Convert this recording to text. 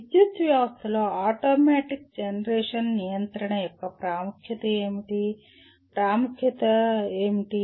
విద్యుత్ వ్యవస్థలో automatic generation నియంత్రణ యొక్క ప్రాముఖ్యత ఏమిటి ప్రాముఖ్యత ఏమిటి